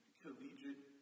collegiate